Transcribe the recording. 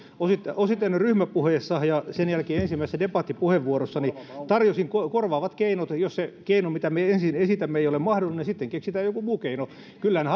osittain osittain jo ryhmäpuheessa ja sen jälkeen ensimmäisessä debattipuheenvuorossani tarjosin korvaavat keinot jos se keino mitä me ensin esitämme ei ole mahdollinen sitten keksitään joku muu keino kyllähän